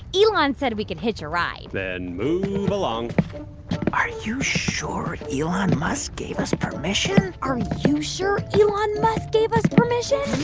elon said we could hitch a ride then move along are you sure elon musk gave us permission? are you sure elon musk gave us permission?